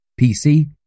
PC